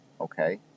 Okay